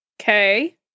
Okay